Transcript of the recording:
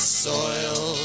soil